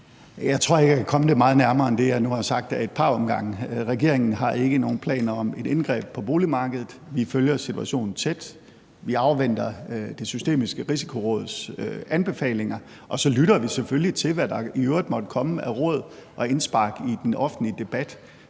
Jeg tror ikke, at jeg kan komme det meget nærmere end det, jeg nu har sagt ad et par omgange. Regeringen har ikke nogen planer om et indgreb på boligmarkedet. Vi følger situationen tæt. Vi afventer Det Systemiske Risikoråds anbefalinger. Og så lytter vi selvfølgelig til, hvad der i øvrigt måtte komme af råd og indspark i den offentlige debat,